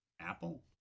apple